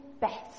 best